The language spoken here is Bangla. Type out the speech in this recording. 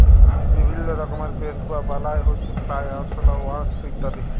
বিভিল্য রকমের পেস্ট বা বালাই হউচ্ছে ফ্লাই, আরশলা, ওয়াস্প ইত্যাদি